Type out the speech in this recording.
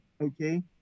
okay